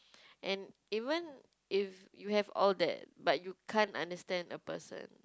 and even if you have all that but you can't understand a person